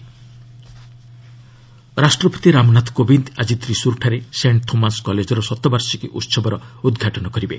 president ରାଷ୍ଟ୍ରପତି ରାମନାଥ କୋବିନ୍ଦ ଆଜି ତ୍ରିସୁର୍ଠାରେ ସେଣ୍ଟ୍ ଥୋମାସ୍ କଲେଜର ଶତବାର୍ଷିକୀ ଉସବର ଉଦ୍ଘାଟନ କରିବେ